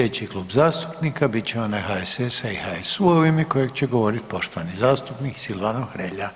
Sljedeći klub zastupnika bit će onaj HSS-a i HSU-a u ime kojeg će govoriti poštovani zastupnik Silvano Hrelja.